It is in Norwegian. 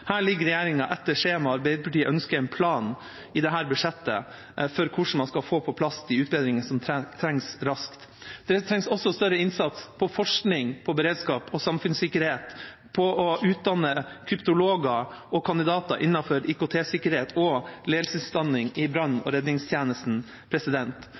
Her ligger regjeringa etter skjema, og Arbeiderpartiet ønsker en plan i dette budsjettet for hvordan man skal få på plass de utbedringene som trengs, raskt. Det trengs også større innsats på forskning på beredskap og samfunnssikkerhet, på å utdanne kryptologer og kandidater innenfor IKT-sikkerhet og på ledelsesutdanning i